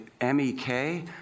MEK